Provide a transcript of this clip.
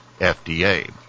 FDA